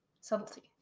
Subtlety